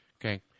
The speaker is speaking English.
Okay